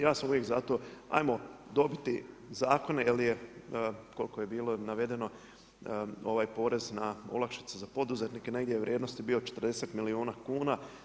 Ja sam uvijek za to ajmo dobiti zakone, jer je, koliko je bilo navedeno porez na olakšice za poduzetnike, negdje je vrijednosti bio 40 milijuna kuna.